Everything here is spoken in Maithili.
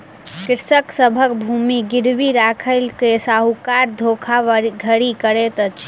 कृषक सभक भूमि गिरवी राइख के साहूकार धोखाधड़ी करैत अछि